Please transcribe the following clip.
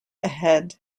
ahead